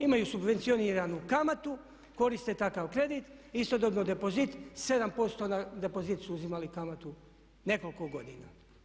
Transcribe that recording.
Imaju subvencioniranu kamatu, koriste takav kredit, istodobno depozit 7% na depozit su uzimali kamatu nekoliko godina.